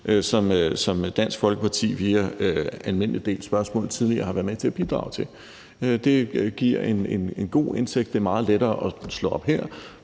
som Dansk Folkeparti via spørgsmål på almindelig del tidligere har været med til at bidrage til. Det giver en god indsigt, og det er meget lettere at slå op dér